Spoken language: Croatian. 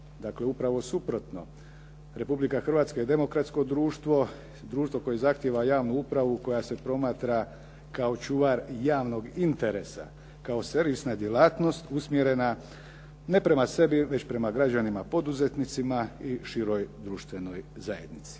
Dakle, upravo suprotno. Republika Hrvatska je demokratsko društvo, društvo koje zahtijeva javnu upravu koja se promatra kao čuvar javnog interesa, kao servisna djelatnost usmjerena ne prema sebi već prema građanima poduzetnicima i široj društvenoj zajednici.